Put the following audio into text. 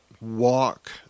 walk